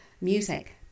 music